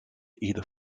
either